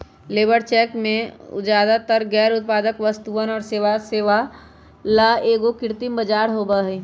labour check में ज्यादातर गैर उत्पादक वस्तुअन और सेवा ला एगो कृत्रिम बाजार होबा हई